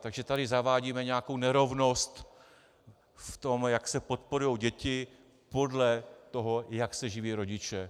Takže tady zavádíme nějakou nerovnost v tom, jak se podporují děti podle toho, jak se živí rodiče.